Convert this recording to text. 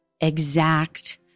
exact